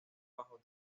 bajo